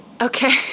Okay